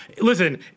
listen